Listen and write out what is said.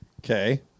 Okay